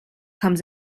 comes